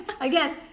Again